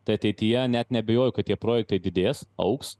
tai ateityje net neabejoju kad tie projektai didės augs